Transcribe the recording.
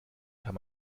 kann